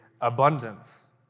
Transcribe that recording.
abundance